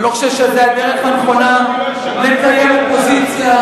אני לא חושב שזו הדרך הנכונה לקיים אופוזיציה,